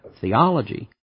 theology